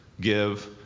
give